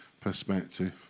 perspective